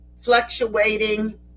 fluctuating